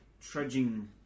trudging